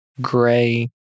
gray